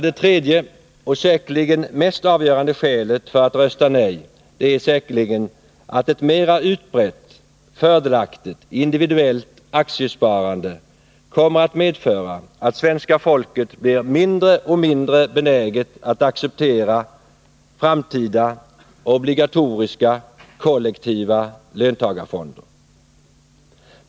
Det tredje och säkerligen mest avgörande skälet för att rösta nej är sannolikt att ett mera utbrett och fördelaktigt individuellt aktiesparande skulle medföra att svenska folket blev allt mindre benäget att acceptera framtida obligatoriska, kollektiva löntagarfonder.